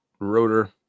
rotor